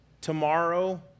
Tomorrow